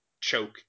choke